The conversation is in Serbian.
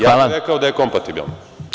Ja bih rekao da je kompatibilan.